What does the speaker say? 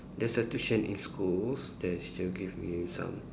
there's a tuition in school there's teacher give me some